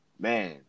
man